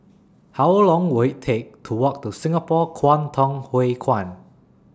How Long Will IT Take to Walk to Singapore Kwangtung Hui Kuan